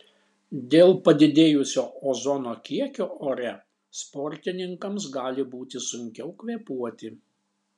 dėl padidėjusio ozono kiekio ore sportininkams gali būti sunkiau kvėpuoti